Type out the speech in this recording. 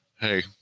hey